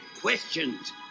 questions